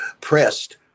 pressed